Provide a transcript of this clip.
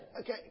Okay